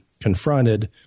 confronted